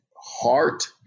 heart